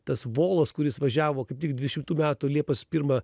tas volas kuris važiavo kaip tik dvidešimtų metų liepos pirmą